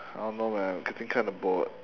I don't know but I'm getting kind of bored